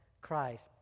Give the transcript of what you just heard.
Christ